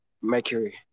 mercury